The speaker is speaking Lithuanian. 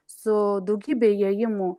su daugybe įėjimų